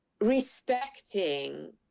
respecting